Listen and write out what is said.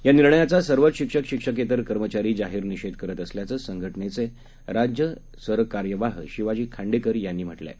या निर्णयाचा सर्वच शिक्षक शिक्षकेतर कर्मचारी जाहीर निषेध करत असल्याचं संघटनेचे राज्य सरकार्यवाह शिवाजी खांडेकर यांनी म्हटलं आहे